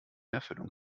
erfüllung